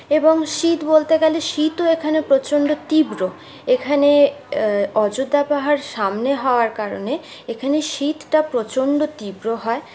এবং শীত বলতে গেলে শীতও এখানে প্রচন্ড তীব্র এখানে অযোধ্যা পাহাড় সামনে হওয়ার কারণে এখানে শীতটা প্রচন্ড তীব্র হয়